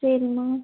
சரிம்மா